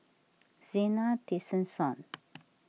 Zena Tessensohn